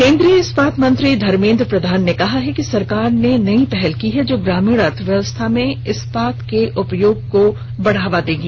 केन्द्रीय इस्पात मंत्री धर्मेद्र प्रधान ने आज कहा है कि सरकार ने कई पहल की हैं जो ग्रामीण अर्थव्यवस्था में इस्पात के उपयोग को बढावा देंगी